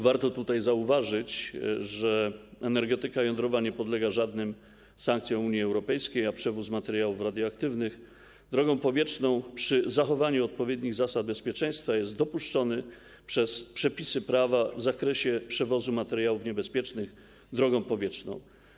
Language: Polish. Warto zauważyć, że energetyka jądrowa nie podlega żadnym sankcjom Unii Europejskiej, a przewóz materiałów radioaktywnych drogą powietrzną przy zachowaniu odpowiednich zasad bezpieczeństwa jest dopuszczony przez przepisy prawa w zakresie przewozu materiałów niebezpiecznych drogą powietrzną.